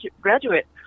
graduate